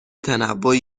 تنوعی